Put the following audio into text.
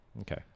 Okay